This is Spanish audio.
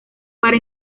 para